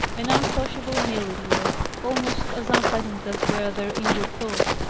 an unsociable meal it was almost as unpleasant as were their inward thoughts.